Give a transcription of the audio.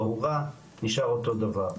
לא הורע נשאר אותו דבר,